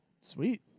Sweet